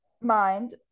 mind